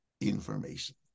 information